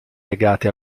legati